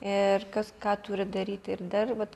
ir kas ką turi daryti ir dar vat